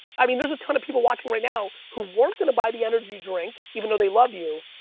i mean, there's a ton of people watching right now who weren't gonna buy the energy drink, even though they love you,